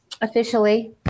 officially